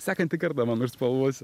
sekantį kartą man užspalvosi